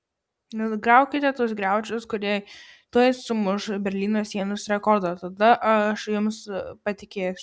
nugriaukite tuos griaučius kurie tuoj sumuš berlyno sienos rekordą tada aš jumis patikėsiu